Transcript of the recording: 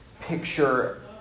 picture